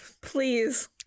please